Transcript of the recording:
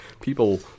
people